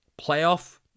playoff